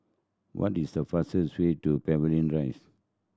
what is the fastest way to Pavilion Rise